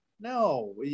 no